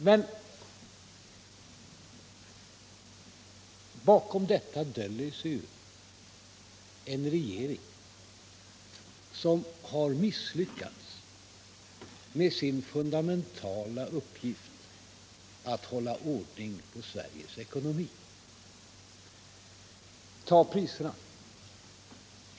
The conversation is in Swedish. Men bakom detta döljer sig ju en regering som har misslyckats med sin fundamentala uppgift att hålla ordning på Sveriges ekonomi. Ta priserna!